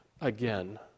again